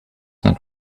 not